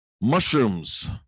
mushrooms